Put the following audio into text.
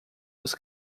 dos